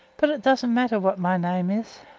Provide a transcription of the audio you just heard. but it doesn't matter what my name is.